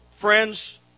friends